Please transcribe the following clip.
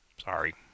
Sorry